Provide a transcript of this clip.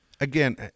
Again